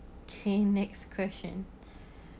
okay next question